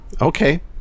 Okay